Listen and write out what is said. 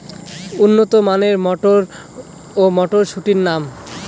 উন্নত মানের মটর মটরশুটির নাম?